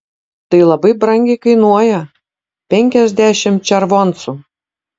tai labai brangiai kainuoja penkiasdešimt červoncų